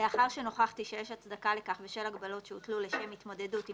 לאחר שנוכחתי שיש הצדקה לכך בשל הגבלות שהוטלו לשם התמודדות עם